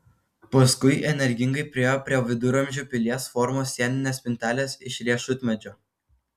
paskui energingai priėjo prie viduramžių pilies formos sieninės spintelės iš riešutmedžio